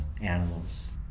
Animals